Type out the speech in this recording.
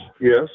yes